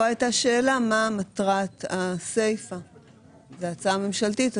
גם זה דבר שעלה בשיח המקדים והפנים ממשלתי במסגרת הכנת החוק.